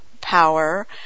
power